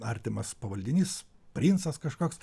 artimas pavaldinys princas kažkoks